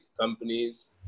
companies